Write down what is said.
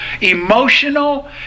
emotional